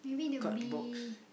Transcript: card box